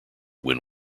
win